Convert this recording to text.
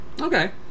okay